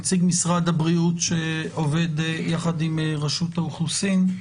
נציג משרד הבריאות שעובד יחד עם רשות האוכלוסין.